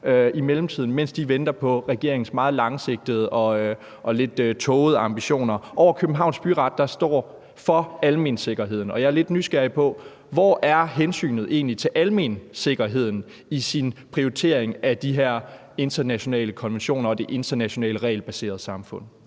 i mellemtiden, mens de venter på regeringens meget langsigtede og lidt tågede ambitioner? Ved Københavns Byret står: »For Almeen Sikkerheden«. Jeg er lidt nysgerrig på, hvor hensynet til almensikkerheden egentlig er i regeringens prioritering af de her internationale konventioner og det internationale regelbaserede samfund.